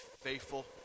faithful